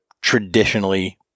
traditionally